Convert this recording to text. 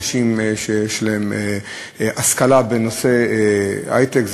נשים שיש להן השכלה בתחום ההיי-טק,